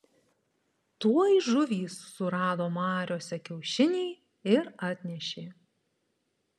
tuoj žuvys surado mariose kiaušinį ir atnešė